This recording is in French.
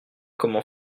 comment